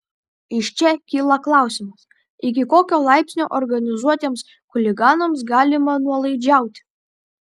iš čia kyla klausimas iki kokio laipsnio organizuotiems chuliganams galima nuolaidžiauti